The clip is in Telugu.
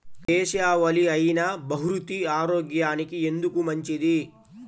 దేశవాలి అయినా బహ్రూతి ఆరోగ్యానికి ఎందుకు మంచిది?